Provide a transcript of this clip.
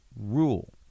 rule